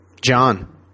John